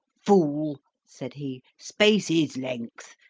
fool, said he, space is length.